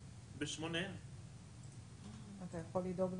המשפטי של הוועדה עם כבוד כזה הן לא יכולות לעבוד.